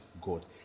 god